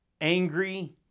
angry